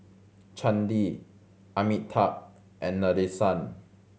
Chandi Amitabh and Nadesan